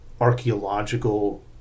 archaeological